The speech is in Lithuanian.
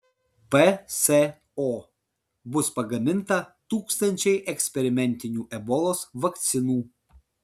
pso bus pagaminta tūkstančiai eksperimentinių ebolos vakcinų